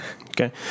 Okay